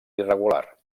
irregular